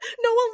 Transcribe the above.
Noah